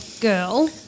girl